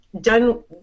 done